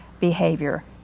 behavior